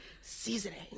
seasoning